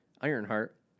Ironheart